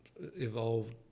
evolved